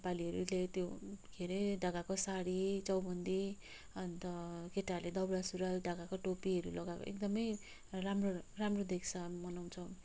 नेपालीहरूले त्यो केरे ढाकाको साडी चौबन्दी अन्त केटाहरूले दौरा सुरुवाल ढाकाको टोपीहरू लगाएको एकदमै राम्रो राम्रो देख्छ हामी मनाउँछौँ